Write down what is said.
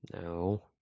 No